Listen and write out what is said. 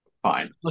fine